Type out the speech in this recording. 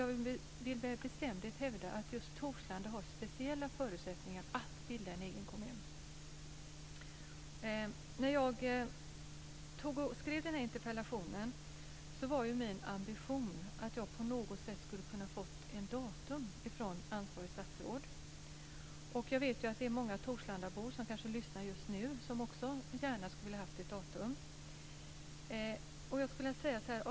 Jag vill med bestämdhet hävda att just Torslanda har speciella förutsättningar att bilda en egen kommun. När jag skrev interpellationen var min ambition att jag på något sätt skulle få ett datum från ansvarigt statsråd. Jag vet att det är många torslandabor som kanske lyssnar just nu och som gärna skulle ha velat ha ett datum.